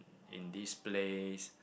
in this place